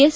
S